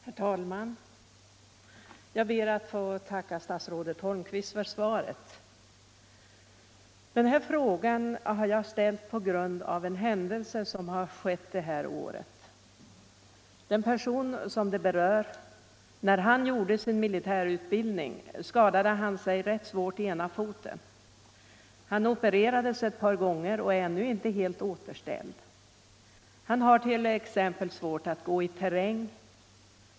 Herr talman! Jag ber att få tacka statsrådet Holmqvist för svaret. Jag har framställt interpellationen med anledning av en händelse som inträffat under detta år. När den person det gäller gjorde sin militärutbildning skadade han sig rätt svårt i ena foten. Han opererades ett par gånger och är ännu inte helt återställd. Han har t.ex. svårt att gå i terräng.